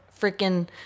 freaking